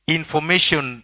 information